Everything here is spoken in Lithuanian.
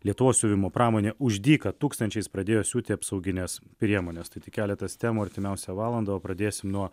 lietuvos siuvimo pramonė už dyką tūkstančiais pradėjo siūti apsaugines priemones tai tik keletas temų artimiausią valandą pradėsim nuo